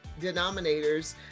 denominators